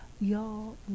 Y'all